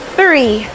three